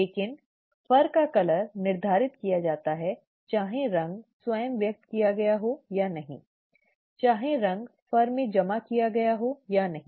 लेकिन फर का रंग निर्धारित किया जाता है चाहे रंग स्वयं व्यक्त किया गया हो या नहीं ठीक है चाहे रंग फर में जमा किया गया हो या नहीं